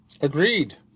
Agreed